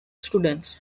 students